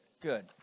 Good